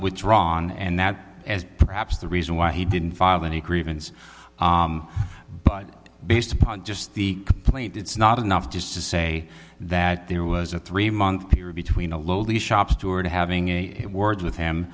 withdrawn and that as perhaps the reason why he didn't file any grievance but based upon just the complaint it's not enough just to say that there was a three month period between a lowly shop steward having a word with him